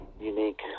unique